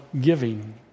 giving